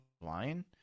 line